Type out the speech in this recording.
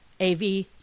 AV